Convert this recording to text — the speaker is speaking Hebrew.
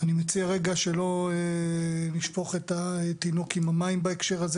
אני מציע שלא נשפוך את התינוק עם המים בהקשר הזה.